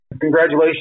Congratulations